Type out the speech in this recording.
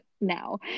now